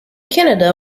canada